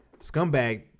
scumbag